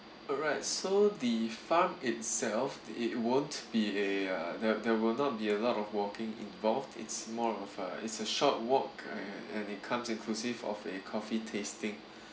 alright so the farm itself it won't be a uh there there will not be a lot of walking involved it's more of a it's a short walk and and it comes inclusive of a coffee tasting